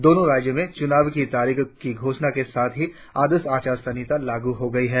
दोनों राज्यों में चुनाव की तारीख की घोषणा के साथ ही आदर्श अचार संहिता लागू हो गई है